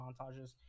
montages